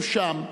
הוא שם.